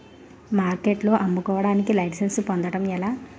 మార్కెట్లో అమ్ముకోడానికి లైసెన్స్ పొందడం ఎలా?